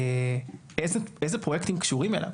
איזה פרויקטים קשורים אליו,